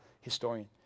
historian